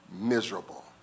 miserable